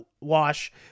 Wash